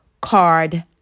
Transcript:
card